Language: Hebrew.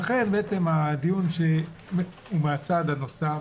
לכן בעצם הדיון הוא מהצד הנוסף,